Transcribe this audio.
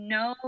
no